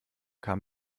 kam